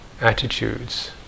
attitudes